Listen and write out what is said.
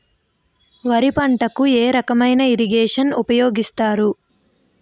వరి పంటకు ఏ రకమైన ఇరగేషన్ ఉపయోగిస్తారు?